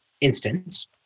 instance